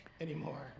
anymore